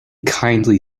kindly